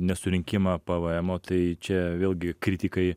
nesurinkimą pavaemo tai čia vėlgi kritikai